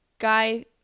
Guy